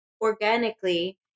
organically